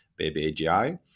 BabyAGI